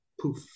poof